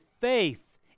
faith